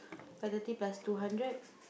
five thirty plus two hundred